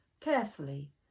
carefully